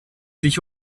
sich